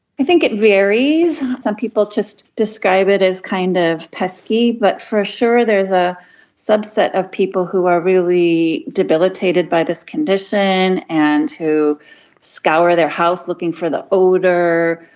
i think it varies. some people just describe it as kind of pesky. but for sure there is a subset of people who are really debilitated by this condition and who scour their house looking for the odour.